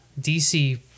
dc